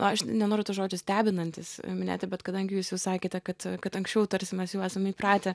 nu aš nenoriu to žodžio stebinantis minėti bet kadangi jūs jau sakėte kad kad anksčiau tarsi mes jau esam įpratę